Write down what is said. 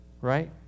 Right